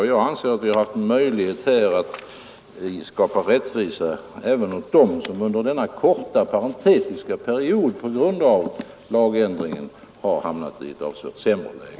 Och jag anser att vi har haft möjlighet att skapa rättvisa även åt dem som under denna korta parentetiska period på grund av lagändringen har hamnat i ett avsevärt sämre läge.